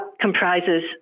comprises